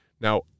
Now